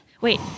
Wait